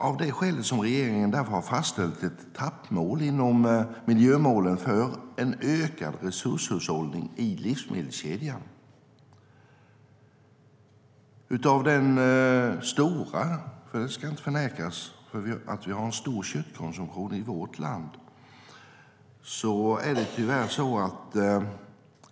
Av detta skäl har regeringen fastställt ett etappmål inom miljömålen för en ökad resurshushållning i livsmedelskedjan. Det ska inte förnekas att vi har en stor köttkonsumtion i vårt land.